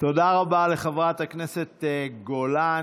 תודה רבה לחברת הכנסת גולן.